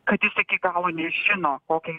kad jis iki galo nežino kokią